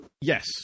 Yes